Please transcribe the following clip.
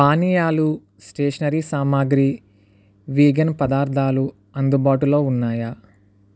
పానీయాలు స్టేషనరీ సామాగ్రి విగన్ పదార్థాలు అందుబాటులో ఉన్నాయా